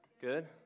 Good